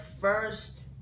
first